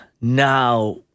now